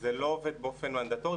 זה לא עובד באופן מנדטורי,